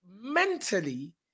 mentally